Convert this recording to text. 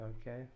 Okay